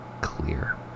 clear